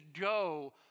go